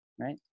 Right